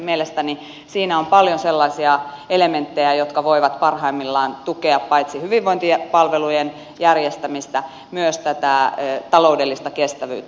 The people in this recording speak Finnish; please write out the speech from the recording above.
mielestäni siinä on paljon sellaisia elementtejä jotka voivat parhaimmillaan tukea paitsi hyvinvointipalvelujen järjestämistä myös tätä taloudellista kestävyyttä